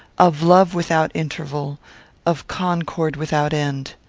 of love without interval of concord without end!